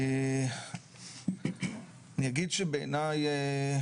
אני אגיד שבעיניי,